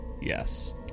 Yes